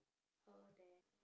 her that